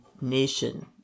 nation